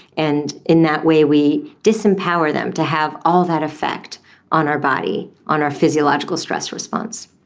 and in that way we disempower them to have all that effect on our body, on our physiological stress response.